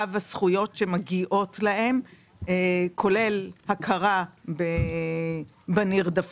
הזכויות שמגיעות להם כולל הכרה בנרדפות,